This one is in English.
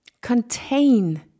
contain